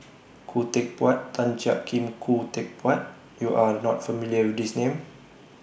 Khoo Teck Puat Tan Jiak Kim Khoo Teck Puat YOU Are not familiar with These Names